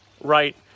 right